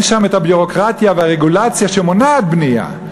ביורוקרטיה ואין הרגולציה שמונעת בנייה.